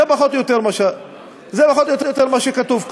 זה פחות או יותר מה שכתוב כאן.